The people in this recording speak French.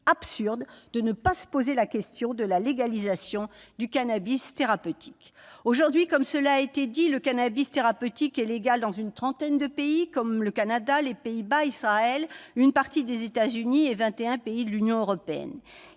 absurde de ne pas se poser la question » de la légalisation du cannabis thérapeutique. Aujourd'hui, le cannabis thérapeutique est légal dans une trentaine de pays comme le Canada, les Pays-Bas, Israël, une partie des États-Unis, et vingt et un pays de l'Union européenne.